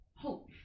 hope